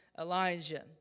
Elijah